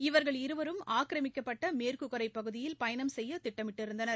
இவர்கள் இருவரும் ஆக்கிரமிக்கப்பட்ட மேற்குக்கரை பகுதியில் பயணம் செய்ய திட்டமிட்டிருந்தனர்